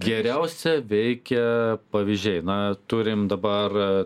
geriausia veikia pavyzdžiai na turim dabar